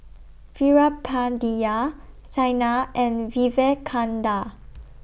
Veerapandiya Saina and Vivekananda